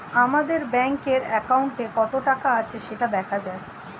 আমাদের ব্যাঙ্কের অ্যাকাউন্টে কত টাকা আছে সেটা দেখা যায়